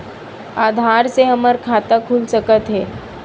आधार से हमर खाता खुल सकत हे?